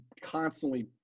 constantly